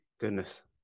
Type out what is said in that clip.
goodness